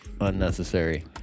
unnecessary